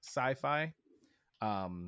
sci-fi